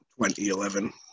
2011